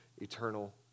eternal